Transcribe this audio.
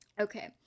okay